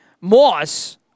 Moss